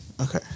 Okay